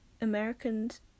Americans